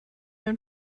mein